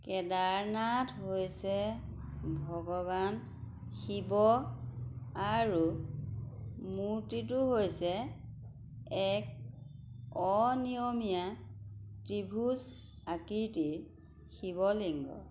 কেদাৰনাথ হৈছে ভগৱান শিৱ আৰু মূৰ্তিটো হৈছে এক অনিয়মীয়া ত্ৰিভুজ আকৃতিৰ শিৱ লিংগ